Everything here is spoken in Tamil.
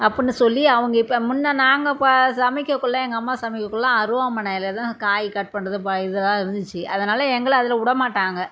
அப்படின்னு சொல்லி அவங்க இப்போ முன்ன நாங்கள் ப சமைக்கக்குள்ள எங்கள் அம்மா சமைக்கக்குள்ள அருவாமனையில் தான் காய் கட் பண்ணுறதும் பா இதெல்லாம் இருந்திச் அதனால் எங்களை அதில் விட மாட்டாங்க